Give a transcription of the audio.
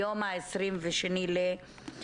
היום ה-22 לאפריל,